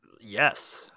Yes